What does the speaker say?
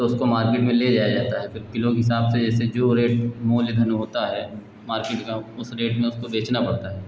तो उसको मार्केट में ले जाया जाता है फ़िर किलो के हिसाब से ऐसे जो रेट मूल्यधन होता है मार्केट का उस रेट पर उसे बेचना पड़ता है